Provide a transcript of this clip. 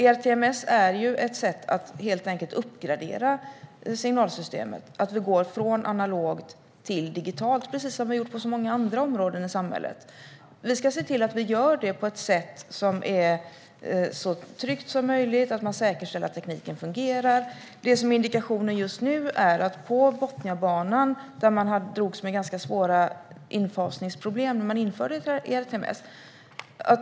ERTMS är ett sätt att helt enkelt uppgradera signalsystemet, att gå från analogt till digitalt, precis som vi har gjort på så många områden i samhället. Vi ska se till att vi gör det på ett sätt som är så tryggt som möjligt, och vi ska säkerställa att tekniken fungerar. Botniabanan drogs med ganska svåra infasningsproblem när man införde ERTMS.